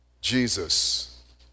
Jesus